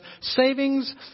savings